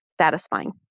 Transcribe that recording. satisfying